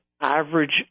average